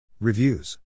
Reviews